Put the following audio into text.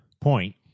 point